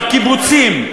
בקיבוצים,